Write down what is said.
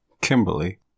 Kimberly